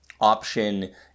option